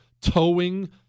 towing